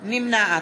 נמנעת